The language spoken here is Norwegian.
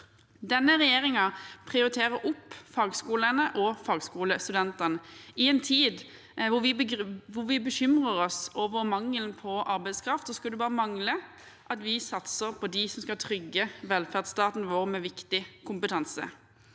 Denne regjeringen prioriterer opp fagskolene og fagskolestudentene. I en tid hvor vi bekymrer oss over mangelen på arbeidskraft, skulle det bare mangle at vi ikke satset på dem som skal trygge velferdsstaten vår med viktig kompetanse.